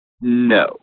No